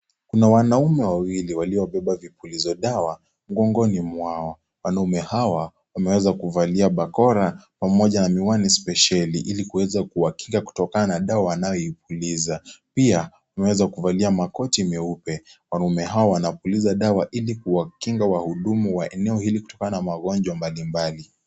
Kuna wanaume wawili waliobeba vipuliza dawa mgongoni mwao. Wanaume hawa wameweza kuvalia bakora pamoja na miwani spesheli ili kuweza kuwakinga kutokana na dawa wanayoipuliza. Pia wameweza kuvalia Makoti nyeupe. Wanaume hawa wanapuliza dawa ili kuwakinga wahudumu wa eneo hili kutokana na magonjwa mbali mbali.